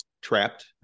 trapped